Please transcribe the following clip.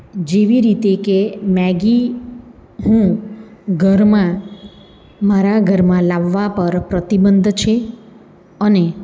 જેવી રીતે કે મેગી હું ઘરમાં મારા ઘરમાં લાવવા પર પ્રતિબંધ છે અને